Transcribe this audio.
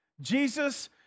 jesus